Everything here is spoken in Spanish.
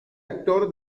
actor